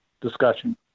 discussion